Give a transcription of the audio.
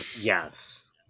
Yes